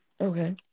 Okay